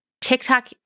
TikTok